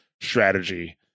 strategy